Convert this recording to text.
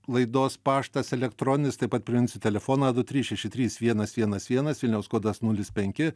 laidos paštas elektroninis taip pat priminsiu telefoną du trys šeši trys vienas vienas vienas vilniaus kodas nulis penki